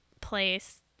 place